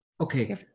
Okay